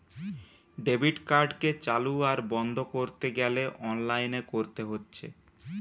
debit কার্ডকে চালু আর বন্ধ কোরতে গ্যালে অনলাইনে কোরতে হচ্ছে